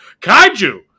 Kaiju